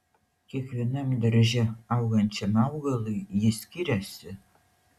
kiekvienam darže augančiam augalui jis skiriasi